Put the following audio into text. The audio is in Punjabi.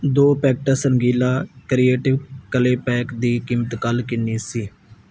ਦੋ packets Rangeela creative clay pack ਦੀ ਕੀਮਤ ਕੱਲ ਕਿੰਨੀ ਸੀ